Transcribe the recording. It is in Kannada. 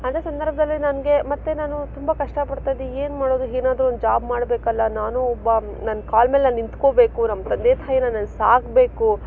ಅಂತ ಸಂದರ್ಭದಲ್ಲಿ ನನಗೆ ಮತ್ತೆ ನಾನು ತುಂಬ ಕಷ್ಟಪಡ್ತಾ ಇದ್ದೆ ಏನು ಮಾಡೋದು ಏನಾದ್ರು ಒಂದು ಜಾಬ್ ಮಾಡಬೇಕಲ್ಲ ನಾನು ಒಬ್ಬ ನನ್ನ ಕಾಲ ಮೇಲೆ ನಾನು ನಿಂತ್ಕೋಬೇಕು ನಮ್ಮ ತಂದೆ ತಾಯೀನ ನಾನು ಸಾಕಬೇಕು